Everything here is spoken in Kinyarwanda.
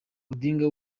odinga